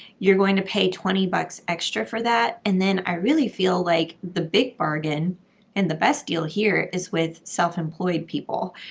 you're going to pay twenty bucks extra for that. and then i really feel like the big bargain and the best deal here is with self-employed people.